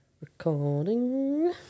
Recording